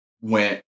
went